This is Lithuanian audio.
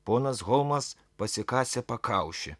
ponas holmas pasikasė pakaušį